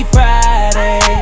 Friday